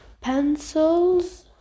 pencils